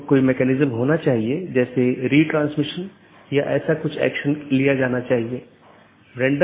इसलिए आज हम BGP प्रोटोकॉल की मूल विशेषताओं पर चर्चा करेंगे